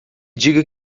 diga